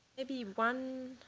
maybe one